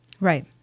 Right